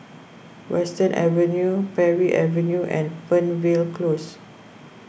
Western Avenue Parry Avenue and Fernvale Close